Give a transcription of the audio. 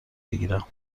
بگیرم